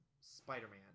Spider-Man